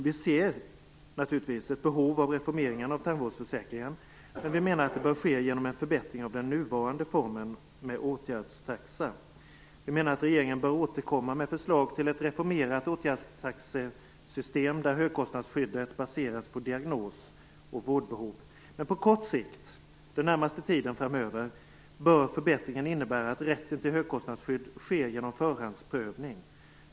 Vi ser naturligtvis ett behov av reformering av tandvårdsförsäkringen. Men vi menar att det bör ske genom en förbättring av den nuvarande formen med åtgärdstaxa. Vi menar att regeringen bör återkomma med förslag till ett reformerat åtgärdstaxesystem där högkostnadsskyddet baseras på diagnos och vårdbehov. På kort sikt, den närmaste tiden framöver, bör förbättringen innebära att rätten till högskostnadsskydd ges genom förhandsprövning.